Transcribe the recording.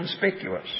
conspicuous